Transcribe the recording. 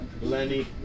Lenny